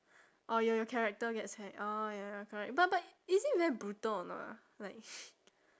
or your character gets hacked orh ya ya ya correct but but is it very brutal or not ah like